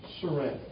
surrender